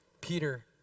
Peter